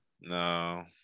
No